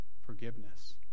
forgiveness